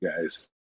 guys